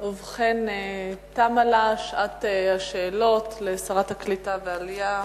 תמה שעת השאלות לשרת העלייה והקליטה.